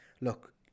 Look